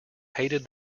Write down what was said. hated